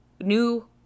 new